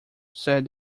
said